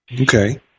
Okay